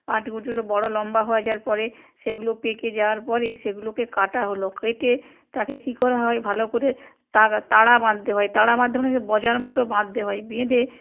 পাট গোচগুলো বড়ো লম্বা হয়ে যাওয়ার পরে সেগুলো পেকে যাওয়ার পরে সেগুলোকে কাটা হলো কেটে তাকে কী করা হয় ভালো করে তাগা তারা বাঁধতে হয় তারা বাঁধতে মানে যে বজরার মতো বাঁধতে হয় বেঁধে